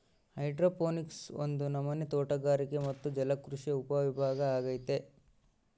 hydroponics ಒಂದು ನಮನೆ ತೋಟಗಾರಿಕೆ ಮತ್ತೆ ಜಲಕೃಷಿಯ ಉಪವಿಭಾಗ ಅಗೈತೆ